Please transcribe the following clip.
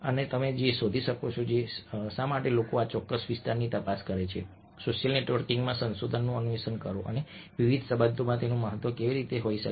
તમે એ પણ શોધી શકો છો કે શા માટે લોકો આ ચોક્કસ વિસ્તારની તપાસ કરે છે સોશિયલ નેટવર્કિંગમાં સંશોધનનું અન્વેષણ કરો અને વિવિધ સંદર્ભોમાં તેનું મહત્વ કેવી રીતે હોઈ શકે છે